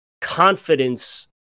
confidence